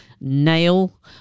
Nail